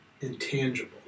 intangible